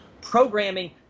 programming